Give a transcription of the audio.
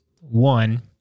One